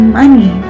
money